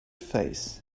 face